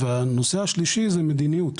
והנושא השלישי - זה מדיניות.